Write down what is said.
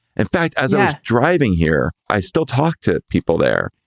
in fact, as ah driving here, i still talk to people there.